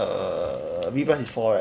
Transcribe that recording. err B plus is four right